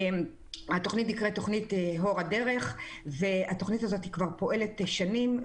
התוכנית נקראת תוכנית אור הדרך והתוכנית הזאת פועלת כבר שנים,